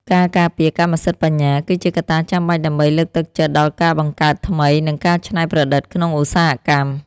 ការការពារកម្មសិទ្ធិបញ្ញា គឺជាកត្តាចាំបាច់ដើម្បីលើកទឹកចិត្តដល់ការបង្កើតថ្មី និងការច្នៃប្រឌិតក្នុងឧស្សាហកម្ម។